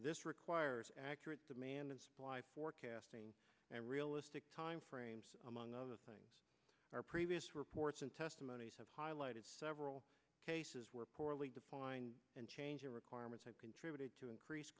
this requires accurate demand and supply forecasting and realistic time frame among other things our previous reports and testimonies have highlighted several cases where poorly defined and changing requirements have contributed to increase